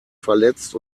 verletzt